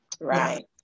Right